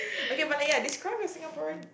okay but like ya describe your Singaporean